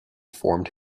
formed